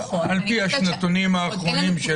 נכון --- על פי השנתונים האחרונים של בתי הסוהר ------ עוד